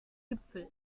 gipfel